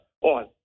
on